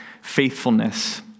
faithfulness